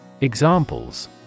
Examples